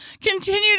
continue